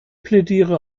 plädiere